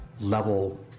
level